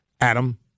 Adam